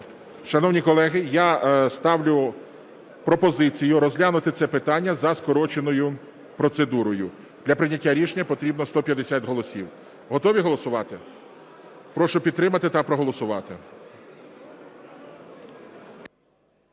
Шановні колеги, я ставлю пропозицію розглянути це питання за скороченою процедурою. Для прийняття рішення потрібно 150 голосів. Готові голосувати? Прошу підтримати та проголосувати.